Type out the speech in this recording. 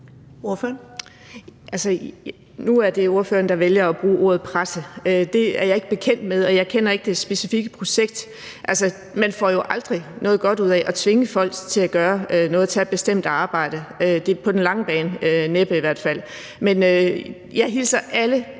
Nu er det ordføreren, der vælger at bruge ordet presse. Det er jeg ikke bekendt med, og jeg kender ikke det specifikke projekt. Altså, man får jo aldrig noget godt ud af at tvinge folk til at tage et bestemt arbejde – i hvert fald næppe på den lange bane. Men jeg hilser alle